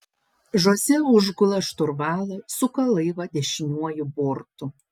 žoze užgula šturvalą suka laivą dešiniuoju bortu